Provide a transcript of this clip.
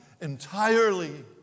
entirely